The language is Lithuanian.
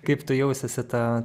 kaip tu jausiesi tą